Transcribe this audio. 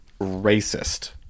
racist